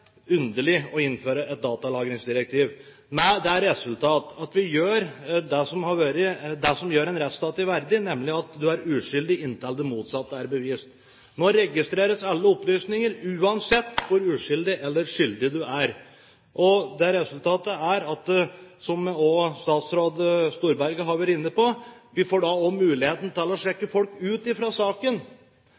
underlig å innføre et datalagringsdirektiv med det resultat at vi gjør det som gjør en rettstat verdig, nemlig at du er uskyldig inntil det motsatte er bevist. Nå registreres alle opplysninger uansett hvor uskyldig eller skyldig du er. Det resultatet er – som også statsråd Storberget har vært inne på – at vi også får muligheten til å sjekke folk ut fra saken.